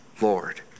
Lord